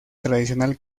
tradicional